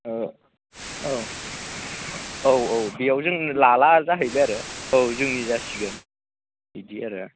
औ औ बेयाव जों लाला जाहैबाय आरो औ जोंनि जासिगोन बिदि आरो